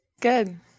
Good